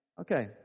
Okay